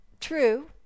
True